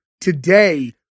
today